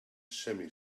semi